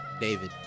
David